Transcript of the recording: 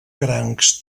crancs